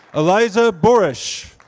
eliza borish.